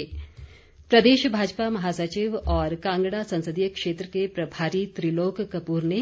भाजयुमो प्रदेश भाजपा महासचिव और कांगड़ा संसदीय क्षेत्र के प्रभारी त्रिलोक कपूर ने